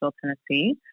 Tennessee